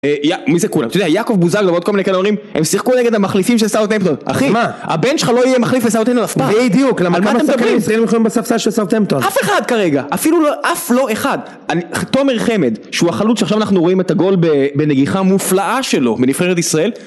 מי זה כולם? אתם יודעים, יעקב בוזגלו ועוד כל מיני כאלה אומרים, הם שיחקו נגד המחליפים של סאות׳ המפטון. אחי, הבן שלך לא יהיה מחליף לסאות׳ המפטון אף פעם. בדיוק, על מה אתם מדברים? למה כמה שחקנים יכולים לחיות בספסלים של סאות׳ המפטון. אף אחד כרגע, אפילו לא אף לא אחד. תומר חמד, שהוא החלוץ שעכשיו אנחנו רואים את הגול בנגיחה מופלאה שלו, בנבחרת ישראל.